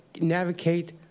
navigate